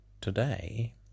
today